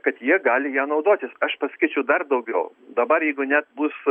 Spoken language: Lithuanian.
kad jie gali ja naudotis aš pasakyčiau dar daugiau dabar jeigu net bus